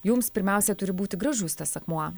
jums pirmiausia turi būti gražus tas akmuo